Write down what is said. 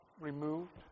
removed